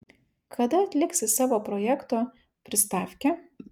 kada atliksi savo projekto pristavkę